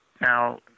Now